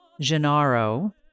Gennaro